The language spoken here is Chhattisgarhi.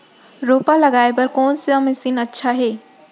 रोपा लगाय बर कोन से मशीन अच्छा हे?